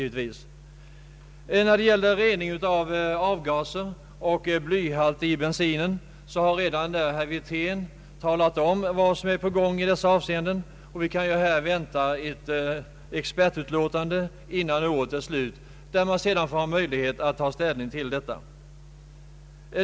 Vad gäller rening av avgaser och blyhalt i bensinen har herr Wirtén redan talat om vad som är på gång i dessa avseenden. Vi kan vänta ett expertutlåtande innan året är slut, varpå man får möjlighet att ta ställning till detta.